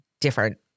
different